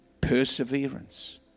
perseverance